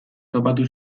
topatu